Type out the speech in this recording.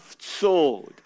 sword